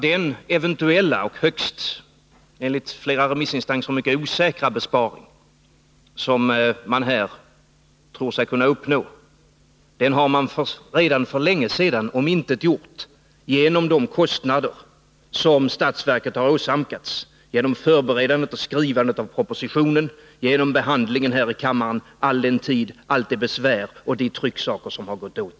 Den eventuella och enligt flera remissinstanser mycket osäkra besparing som man här tror sig kunna uppnå har man redan för länge sedan omintetgjort genom de kostnader som statsverket åsamkats genom förberedandet och skrivandet av propositionen och genom behandlingen här i riksdagen — all den tid, allt det besvär och alla trycksaker som gått åt.